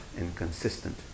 inconsistent